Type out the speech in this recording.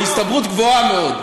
בהסתברות גבוהה מאוד.